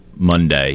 Monday